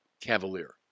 cavalier